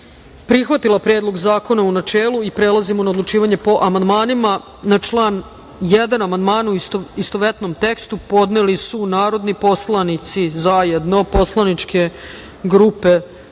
prihvatila Predlog zakona, u načelu. Prelazimo na odlučivanje o amandmanima. Na član 1. amandmane, u istovetnom tekstu, podneli su narodni poslanici zajedno poslaničke grupe